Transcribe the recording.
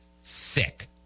Sick